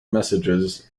messages